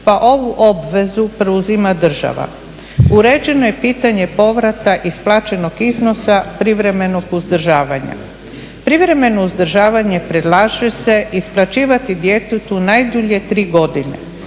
pa ovu obvezu preuzima država. Uređeno je pitanje povrata isplaćenog iznosa privremenog uzdržavanja. Privremeno uzdržavanje predlaže se isplaćivati djetetu najdulje 3 godine,